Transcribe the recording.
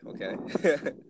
Okay